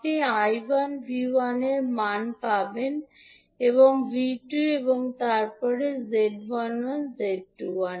আপনি 𝐈1 𝐕1 এর মান পাবেন 𝐕2 এবং তারপরে মানটি এবং